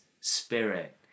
spirit